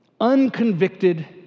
unconvicted